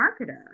marketer